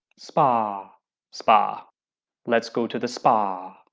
spa um spa let's go to the spa.